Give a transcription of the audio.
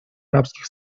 арабских